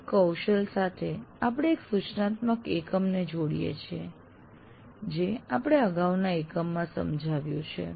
દરેક કૌશલ સાથે આપણે એક સૂચનાત્મક એકમને જોડીએ છીએ જે આપણે અગાઉના એકમમાં સમજાવ્યું છે